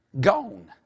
gone